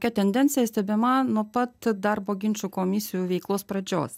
ta tendencija stebima nuo pat darbo ginčų komisijų veiklos pradžios